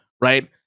right